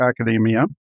academia